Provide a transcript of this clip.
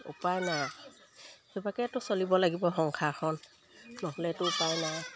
উপায় নাই কিবাকেটো চলিব লাগিব সংসাৰখন নহ'লেতো উপায় নাই